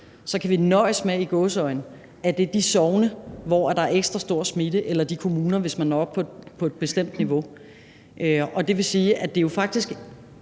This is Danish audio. – kan nøjes med, at det er de sogne, hvor der er ekstra stor smitte, eller de kommuner, der når op på et bestemt niveau, der bliver ramt. Det vil sige, at det jo faktisk